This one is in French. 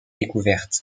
découvertes